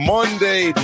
Monday